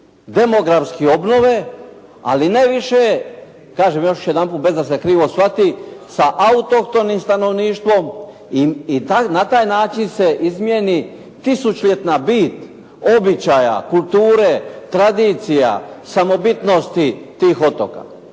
demografski obnove, ali ne više, kažem još jedanput da se krivo shvati, sa autoktonim stanovništvom i na taj način se izmijeni tisućljetna bit, običaja, kulture, tradicija, samobitnosti tih otoka.